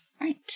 right